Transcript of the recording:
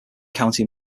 county